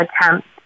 attempt